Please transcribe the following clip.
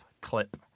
clip